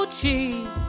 cheap